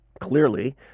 Clearly